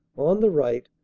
on the right,